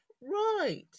right